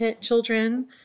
children